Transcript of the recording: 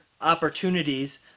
opportunities